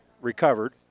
recovered